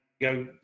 go